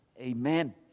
amen